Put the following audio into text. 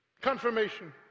Confirmation